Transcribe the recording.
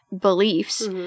beliefs